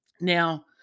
Now